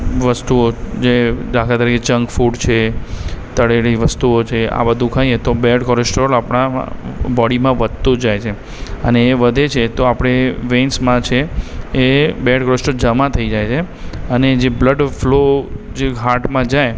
વસ્તુઓ જે દાખલા તરીકે જંકફૂડ છે તળેલી વસ્તુઓ છે આ બધું ખાઈએ તો બૅડ કોલેસ્ટ્રોલ આપણામાં બોડીમાં વધતો જાય છે અને એ વધે છે તો આપણે વેન્સમાં છે એ બૅડ કોલેસ્ટ્રોલ જમા થઈ જાય છે અને જે બ્લડ ફ્લો જે હાર્ટમાં જાય